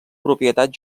propietat